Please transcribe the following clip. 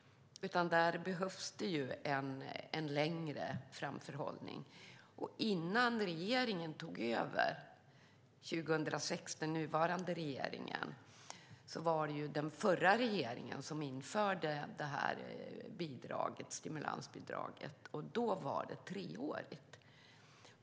Det behövs en längre framförhållning. Innan den nuvarande regeringen tog över, 2006, införde den förra regeringen det här stimulansbidraget. Då var det treårigt.